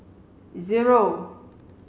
zero